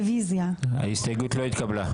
ההסתייגות לא התקבלה.